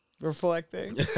Reflecting